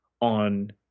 on